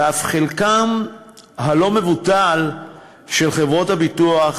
ואף חלקן הלא-מבוטל של ההתקשרויות של חברות הביטוח